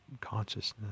consciousness